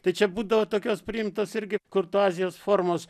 tai čia būdavo tokios priimtos irgi kurtuazijos formos